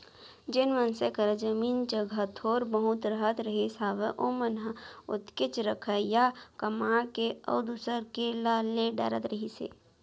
जेन मनसे करा जमीन जघा थोर बहुत रहत रहिस हावय ओमन ह ओतकेच रखय या कमा के अउ दूसर के ला ले डरत रहिस हे